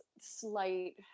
slight